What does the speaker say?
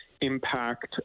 impact